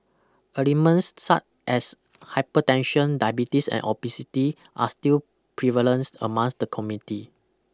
ailments such as hypertension diabetes and obesity are still prevalence among the community